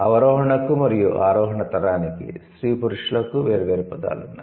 అవరోహణకు మరియు ఆరోహణ తరానికి స్త్రీ పురుషులకు వేర్వేరు పదాలు ఉన్నాయి